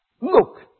Look